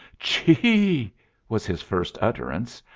chee! was his first utterance,